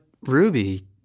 Ruby